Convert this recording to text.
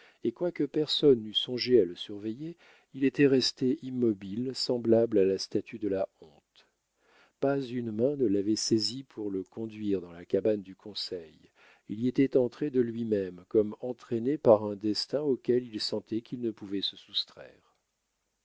et quoique personne n'eût songé à le surveiller il était resté immobile semblable à la statue de la honte pas une main ne l'avait saisi pour le conduire dans la cabane du conseil il y était entré de lui-même comme entraîné par un destin auquel il sentait qu'il ne pouvait se soustraire